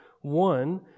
One